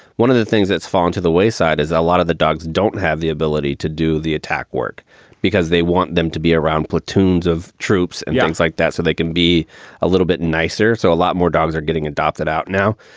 one of the things that's fallen to the wayside is a lot of the dogs don't have the ability to do the attack work because they want them to be around platoons of troops and things like that so they can be a little bit nicer. so a lot more dogs are getting adopted out now.